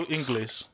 English